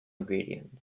ingredients